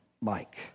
Mike